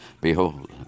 behold